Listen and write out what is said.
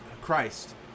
Christ